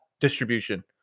distribution